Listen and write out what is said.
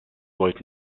volt